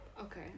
Okay